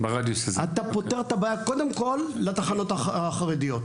אתה פותר את הבעיה קודם כל לתחנות החרדיות,